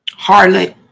Harlot